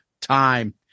time